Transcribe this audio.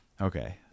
okay